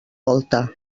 volta